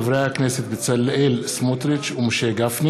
בצה"ל, בעקבות